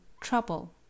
Trouble